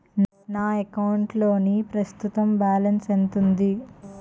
నా అకౌంట్ లోని ప్రస్తుతం బాలన్స్ ఎంత ఉంది?